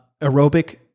aerobic